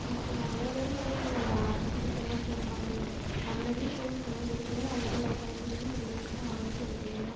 ஓகேண்ணா வேறு எதுவும் ரூட் இல்லையா கொஞ்சம் சீக்கிரமாக போகிற மாதிரி நான் முன்னாடி போயிருக்கணும் ஏற்கனவே ஒன் ஹவர் லேட்டாகிட்டு இன்னும் இருபது நிமிடம் ஆகும் சொல்லுறீங்க